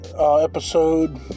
episode